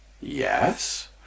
Yes